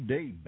Day